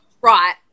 right